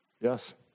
Yes